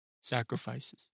sacrifices